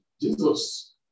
Jesus